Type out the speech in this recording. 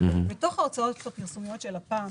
מתוך ההוצאות הפרסומיות של לפ"מ